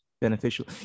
beneficial